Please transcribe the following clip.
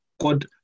God